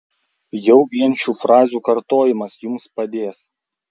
jau vien šių frazių kartojimas jums padės